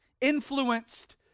influenced